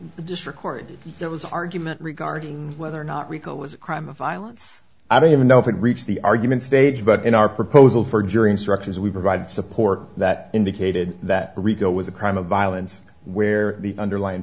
was argument regarding whether or not recall was a crime of violence i don't even know if it reached the argument stage but in our proposal for jury instructions we provide support that indicated that rico was a crime of violence where the underlying